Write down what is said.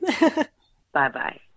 Bye-bye